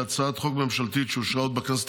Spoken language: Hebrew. שהיא הצעת חוק ממשלתית שאושרה עוד בכנסת